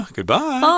Goodbye